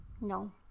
no